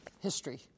history